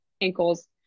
ankles